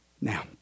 Now